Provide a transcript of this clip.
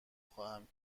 خواهم